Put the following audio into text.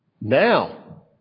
Now